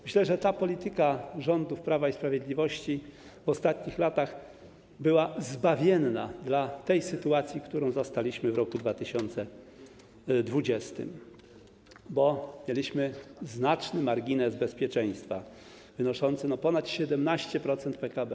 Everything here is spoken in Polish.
Myślę, że ta polityka rządów Prawa i Sprawiedliwości w ostatnich latach była zbawienna dla tej sytuacji, którą zastaliśmy w roku 2020, bo mieliśmy znaczny margines bezpieczeństwa wynoszący ponad 17% PKB.